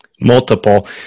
Multiple